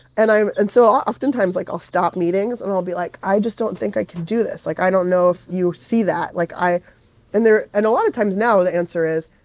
and i and so oftentimes, like, i'll stop meetings and i'll be like, i just don't think i can do this. like, i don't know if you see that. like, i and they're and a lot of times now, the answer is,